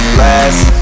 last